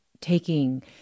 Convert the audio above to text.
taking